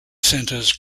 centers